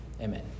Amen